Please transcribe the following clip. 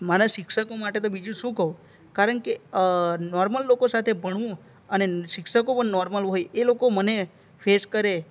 મારા શિક્ષકો માટે તો બીજું શું કહું કારણ કે નોર્મલ લોકો સાથે પણ હું અને શિક્ષકો પણ નોર્મલ હોય એ લોકો મને ફેસ કરે